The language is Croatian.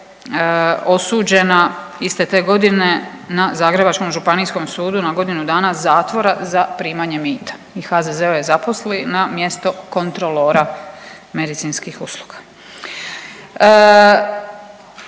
osuđena iste te godine na Zagrebačkom županijskom sudu na godinu dana zatvora za primanje mita. I HZZ je zaposli na mjesto kontrolora medicinskih usluga.